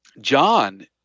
John